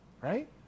Right